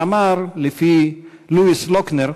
שאמר, לפי לואיס לוכנר: